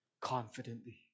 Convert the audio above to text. confidently